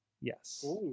Yes